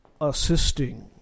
assisting